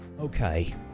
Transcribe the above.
okay